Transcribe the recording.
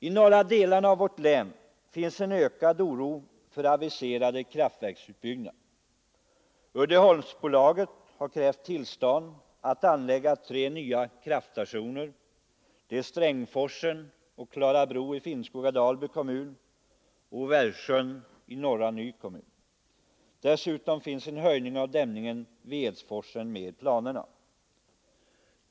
I de norra delarna av vårt län finns en ökad oro för aviserade kraftverksutbyggnader. Uddeholmsbolaget har begärt tillstånd att anlägga tre nya kraftstationer: Strängforsen och Klarabro i Finnskoga-Dalby kommun och Värsjön i Norra Ny kommun. Dessutom finns en höjning av dämningen vid Edsforsen med i planerna.